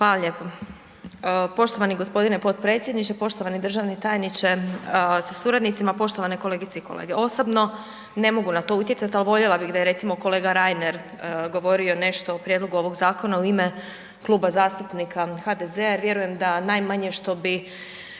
hvala lijepo. Poštovani g. potpredsjedniče, poštovani državni tajniče sa suradnicima, poštovane kolegice i kolege. Osobno ne mogu na to utjecati, ali voljela bih da je, recimo kolega Reiner govorio nešto o prijedlogu ovog zakona u ime Kluba zastupnika HDZ-a jer vjerujem da najmanje što bi